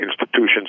institutions